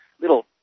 little